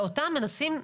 ואותם מנסים,